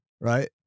Right